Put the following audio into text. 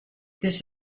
this